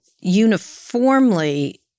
uniformly